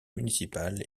municipale